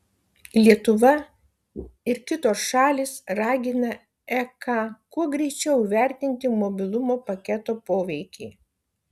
lietuva ir kitos šalys ragina ek kuo greičiau įvertinti mobilumo paketo poveikį